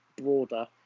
broader